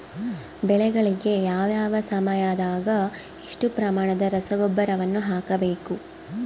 ಬೆಳೆಗಳಿಗೆ ಯಾವ ಯಾವ ಸಮಯದಾಗ ಎಷ್ಟು ಪ್ರಮಾಣದ ರಸಗೊಬ್ಬರವನ್ನು ಹಾಕಬೇಕು?